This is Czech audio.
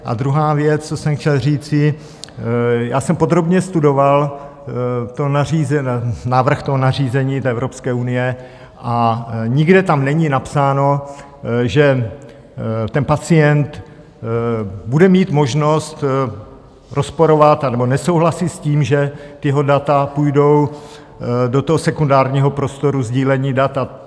A druhá věc, co jsem chtěl říci: já jsem podrobně studoval návrh toho nařízení Evropské unie a nikde tam není napsáno, že pacient bude mít možnost rozporovat anebo nesouhlasit s tím, že jeho data půjdou do sekundárního prostoru sdílení dat.